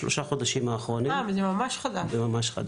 בשלושת החודשים האחרונים, זה ממש חדש.